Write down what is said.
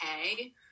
okay